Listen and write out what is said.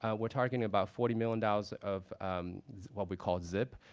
we're targeting about forty million dollars of what we call zip.